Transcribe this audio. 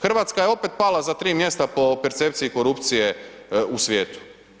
Hrvatska je opet pala za tri mjesta po percepciji korupcije u svijetu.